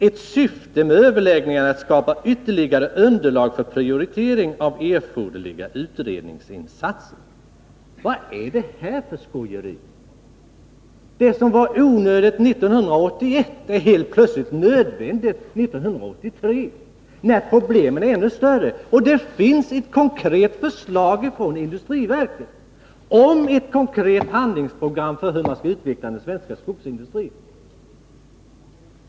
Ett syfte med överläggningarna är att skapa ytterligare underlag för prioritering av erforderliga utredningsinsatser.” Vad är det här för skojeri? Det som var onödigt 1981 är helt plötsligt nödvändigt 1983, när problemen är ännu större och det finns ett konkret förslag från industriverket om ett handlingsprogram för hur man skall utveckla den svenska skogsindustrin.